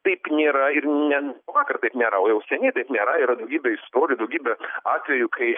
taip nėra ir ne nuo vakar taip nėra o jau seniai taip nėra yra daugybė istorijų daugybė atvejų kai